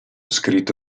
scritto